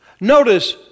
Notice